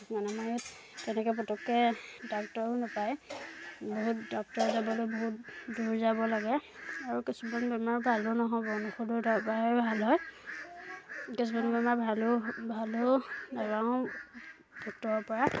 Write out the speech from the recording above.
মানে আমাৰ তেনেকৈ পতককৈ ডাক্তৰো নাপায় বহুত ডক্তৰ যাবলৈ বহুত দূৰ যাব লাগে আৰু কিছুমান বেমাৰ ভালো নহয় বনৌষধৰ দৰৱৰ পৰাহে ভাল হয় কিছুমান বেমাৰ ভালো ভালো লগাওঁ ডক্টৰৰ পৰা